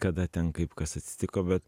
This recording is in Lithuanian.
kada ten kaip kas atsitiko bet